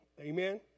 Amen